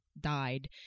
died